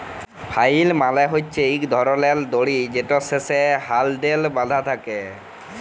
flail মালে হছে ইক ধরলের দড়ি যেটর শেষে হ্যালডেল বাঁধা থ্যাকে